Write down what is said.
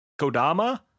Kodama